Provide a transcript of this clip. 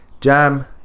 Jam